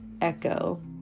Echo